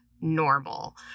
normal